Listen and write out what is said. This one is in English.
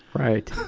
right.